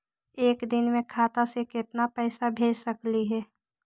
एक दिन में खाता से केतना पैसा भेज सकली हे?